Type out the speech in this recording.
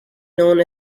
known